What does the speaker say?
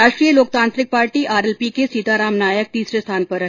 राष्ट्रीय Loktantrik party RLP के सीताराम नायक तीसरे स्थान पर रहे